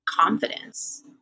confidence